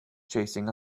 chasing